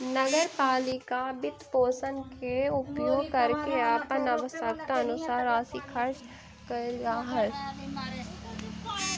नगर पालिका वित्तपोषण के उपयोग करके अपन आवश्यकतानुसार राशि खर्च कैल जा हई